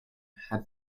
had